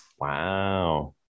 Wow